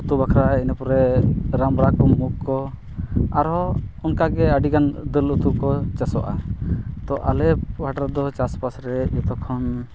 ᱩᱛᱩ ᱵᱟᱠᱷᱟᱨᱟ ᱤᱱᱟᱹ ᱯᱚᱨᱮ ᱨᱟᱸᱵᱽᱲᱟ ᱠᱚ ᱢᱩᱜᱽ ᱠᱚ ᱟᱨᱦᱚᱸ ᱚᱱᱠᱟ ᱜᱮ ᱟᱹᱰᱤᱜᱟᱱ ᱫᱟᱹᱞ ᱩᱛᱩ ᱠᱚ ᱪᱟᱥᱚᱜᱼᱟ ᱛᱚ ᱟᱞᱮ ᱯᱟᱦᱴᱟ ᱨᱮᱫᱚ ᱪᱟᱥᱵᱟᱥ ᱨᱮ ᱡᱚᱛᱚ ᱠᱷᱚᱱ